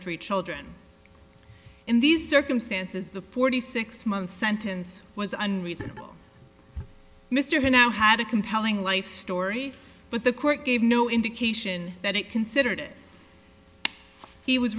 three children in these circumstances the forty six month sentence was an reasonable mr who now had a compelling life story but the court gave no indication that it considered he was